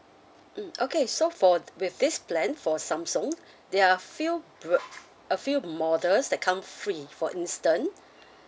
mm okay so for with this plan for Samsung there a few bra~ a few model that come free for instance